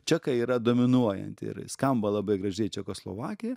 čekai yra dominuojanti ir skamba labai gražiai čekoslovakija